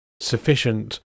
sufficient